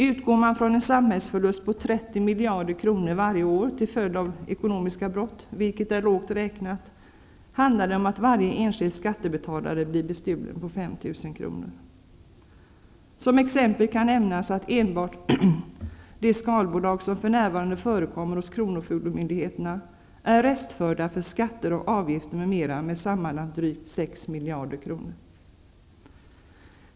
Utgår man från en samhällsförlust på 30 miljarder kronor varje år till följd av ekonomiska brott -- vilket är lågt räknat -- handlar det om att varje enskild skattebetalare blir ''bestulen'' på 5 000 kr. Som exempel kan nämnas att enbart de skalbolag som för närvarande förekommer hos kronofogdemyndigheterna är restförda för skatter och avgifter m.m. med sammanlagt drygt 6 miljarder kronor.